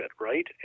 right